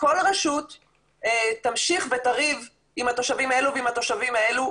כל רשות תמשיך ותריב עם התושבים האלו ועם התושבים האלו.